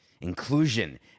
inclusion